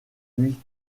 lui